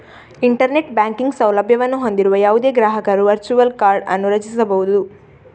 internet banking ಸೌಲಭ್ಯವನ್ನು ಹೊಂದಿರುವ ಯಾವುದೇ ಗ್ರಾಹಕರು ವರ್ಚುವಲ್ ಕಾರ್ಡ್ ಅನ್ನು ರಚಿಸಬಹುದು